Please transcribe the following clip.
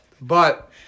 but-